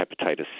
hepatitis